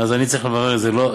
אז אני צריך לברר את זה,